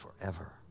forever